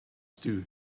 stew